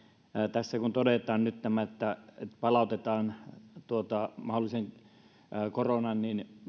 tässä todetaan nyt tämä että palautetaan koronan